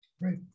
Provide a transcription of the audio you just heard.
Right